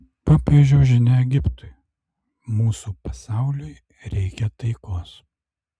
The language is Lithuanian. popiežiaus žinia egiptui mūsų pasauliui reikia taikos